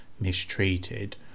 mistreated